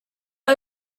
but